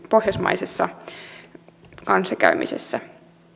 pohjoismaisessa kanssakäymisessä